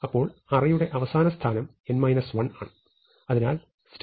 അപ്പോൾ അറേയുടെ അവസാനസ്ഥാനം n 1 ആണ്